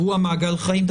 אירוע מעגל חיים,